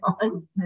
on